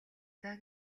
даа